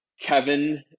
Kevin